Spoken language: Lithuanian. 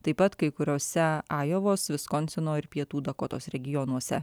taip pat kai kuriuose ajovos viskonsino ir pietų dakotos regionuose